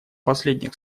последних